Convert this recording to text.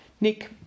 Nick